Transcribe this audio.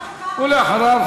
ולאחריו,